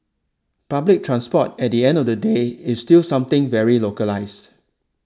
public transport at the end of the day is still something very localised